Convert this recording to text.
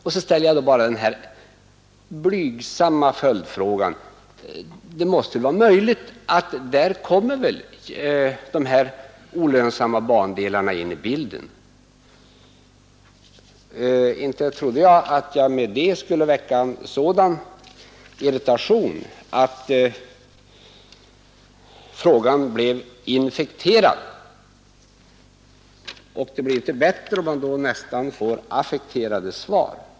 Jag ställer då bara den blygsamma följdfrågan: I det sammanhanget måste det väl vara möjligt att ta upp de olönsamma bandelarna? Inte trodde jag att jag därmed skulle väcka en sådan irritation att frågan blev infekterad. Det blir inte bättre om man då får ett nästan affekterat svar.